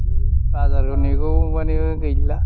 बाजारखौ नेगौमानि बे गैला